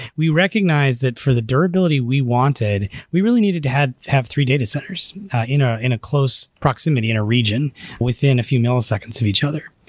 we recognized that for the durability we wanted, we really needed to have have three data centers you know in a close proximity in a region within a few milliseconds of each other.